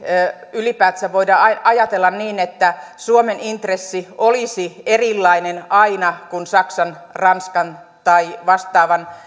ylipäätänsä voidaan ajatella niin että suomen intressi olisi aina erilainen kuin saksan ranskan tai vastaavan